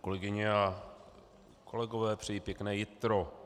Kolegyně a kolegové, přeji pěkné jitro.